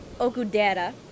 Okudera